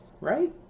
right